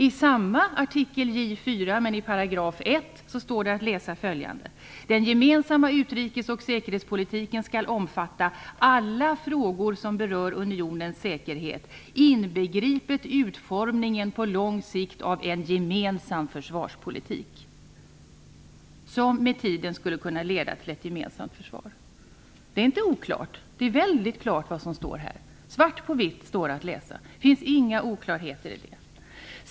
I Maastrichtfödragets artikel J 4 1 § står det att läsa följande: "Den gemensamma utrikes och säkerhetspolitiken skall omfatta alla frågor som berör unionens säkerhet, inbegripet utformningen på lång sikt av en gemensam försvarspolitik, som med tiden skulle kunna leda till ett gemensamt försvar." Det är inte oklart. Det är väldigt klart, svart på vitt. Det finns inga oklarheter i det.